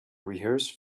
rehearse